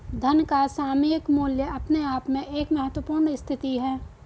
धन का सामयिक मूल्य अपने आप में एक महत्वपूर्ण स्थिति है